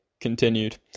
continued